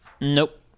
Nope